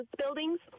buildings